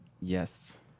Yes